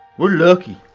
we're lucky.